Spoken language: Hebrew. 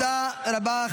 תודה רבה.